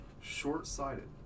short-sighted